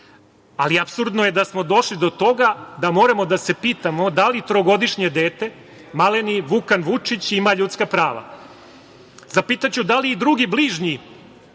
ali apsurdno je da smo došli do toga da moramo da se pitamo da li trogodišnje dete, maleni Vukan Vučić, ima ljudska prava? Zapitaću, da li i drugi bližnji